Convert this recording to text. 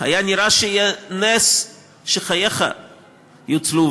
היה נראה שיהיה נס שחייך יינצלו,